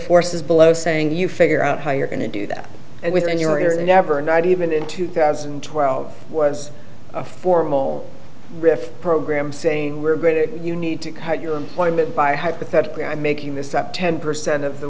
forces below saying you figure out how you're going to do that and when you're in a never not even in two thousand and twelve was a formal riff program saying we're going to you need to cut your employment by hypothetically i'm making this up ten percent of the